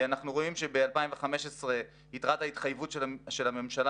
אנחנו רואים שב-2015 יתרת ההתחייבות של הממשלה